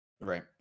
Right